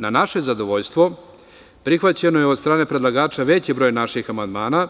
Na naše zadovoljstvo, prihvaćen je od strane predlagača veći broj naših amandmana